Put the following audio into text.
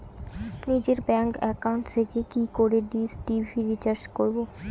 নিজের bank account থেকে কি করে ডিশ টি.ভি রিচার্জ করবো?